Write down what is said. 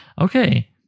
Okay